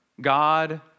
God